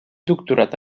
doctorat